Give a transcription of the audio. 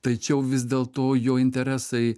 tačiau vis dėlto jo interesai